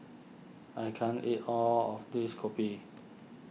I can't eat all of this Kopi